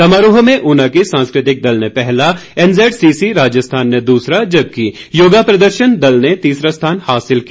समारोह में ऊना के सांस्कृतिक दल ने पहला एनजैडसीसी राजस्थान ने दूसरा जबकि योगा प्रदर्शन दल ने तीसरा स्थान हासिल किया